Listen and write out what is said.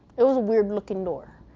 it was a weird looking door.